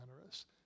generous